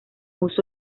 uso